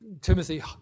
Timothy